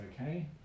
okay